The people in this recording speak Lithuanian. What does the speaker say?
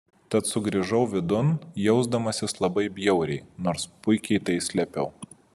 tad sugrįžau vidun jausdamasis labai bjauriai nors puikiai tai slėpiau